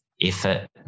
effort